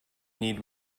need